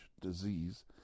disease